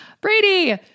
Brady